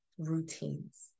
routines